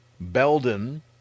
Belden